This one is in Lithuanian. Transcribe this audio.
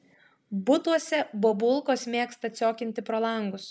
butuose bobulkos mėgsta ciokinti pro langus